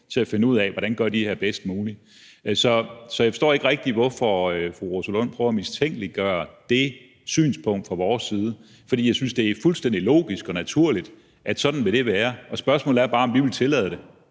til at finde ud af, hvordan de gør det bedst muligt. Så jeg forstår ikke rigtig, hvorfor fru Rosa Lund prøver at mistænkeliggøre det synspunkt fra vores side, for jeg synes, det er fuldstændig logisk og naturligt, at sådan vil det være. Og spørgsmålet er bare, om vi vil tillade det,